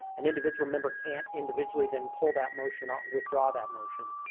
an individual member can't individually then pull that motion, ah withdraw that motion.